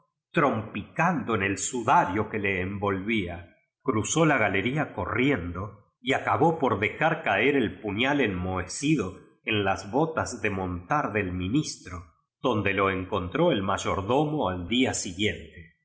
habitación trompicando en el suda rio que le envolvía cruzó la galería corriendo y acabó por el fantasma de canterville dejar raer el puñal enmohecido en jas botas de montar del ministro donde lo encontró el mayordomo oí día siguiente